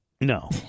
No